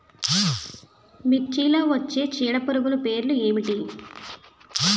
మిర్చిలో వచ్చే చీడపురుగులు పేర్లు ఏమిటి?